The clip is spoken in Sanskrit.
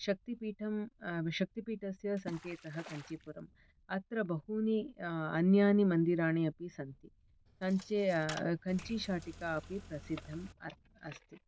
शक्तिपीठं शक्तिपीठस्य संकेतः कंचीपुरम् अत्र बहूनि अन्यानि मन्दिराणि अपि सन्ति कञ्चे कञ्चीशाटिका अपि प्रसिद्धम् अस्ति